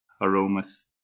aromas